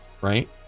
right